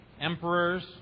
emperors